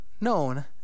known